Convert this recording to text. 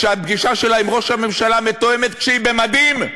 כשהפגישה שלה עם ראש הממשלה מתואמת כשהיא במדים?